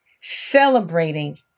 Celebrating